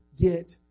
get